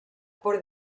por